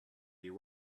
you